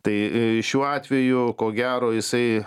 tai šiuo atveju ko gero jisai